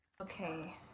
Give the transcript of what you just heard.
Okay